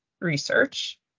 research